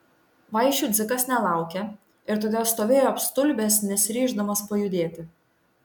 vaišių dzikas nelaukė ir todėl stovėjo apstulbęs nesiryždamas pajudėti